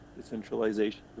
decentralization